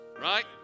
Right